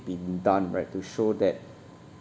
been done right to show that